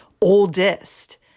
oldest